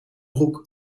broek